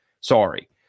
Sorry